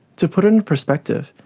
to put it in perspective,